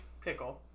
pickle